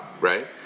right